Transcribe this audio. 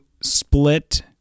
split